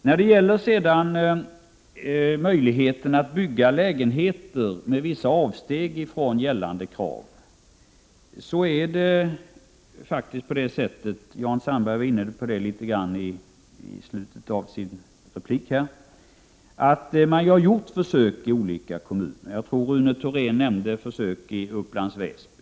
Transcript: När det gäller möjligheterna att bygga lägenheter med vissa avsteg från gällande krav är det faktiskt på det sättet — Jan Sandberg var inne på detta i slutet av sitt inlägg — att man har gjort försök i olika kommuner. Rune Thorén nämnde försök som genomförts i Upplands Väsby.